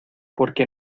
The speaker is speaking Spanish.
porque